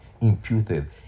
imputed